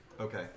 Okay